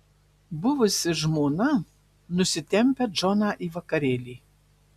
buvusi žmona nusitempia džoną į vakarėlį